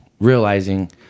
realizing